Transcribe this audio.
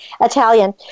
Italian